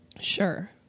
Sure